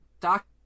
doc